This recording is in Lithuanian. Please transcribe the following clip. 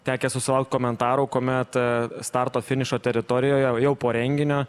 tekę susilaukt komentarų kuomet starto finišo teritorijoje jau po renginio